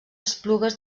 esplugues